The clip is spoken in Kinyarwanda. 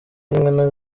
zimwe